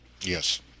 Yes